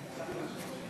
עד שלוש דקות לרשותך.